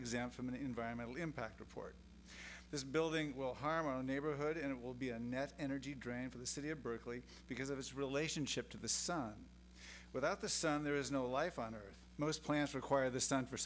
exempt from an environmental impact report this building will harm on a brotherhood and it will be an energy drain for the city of berkeley because of its relationship to the sun without the sun there is no life on earth most plants require the sun for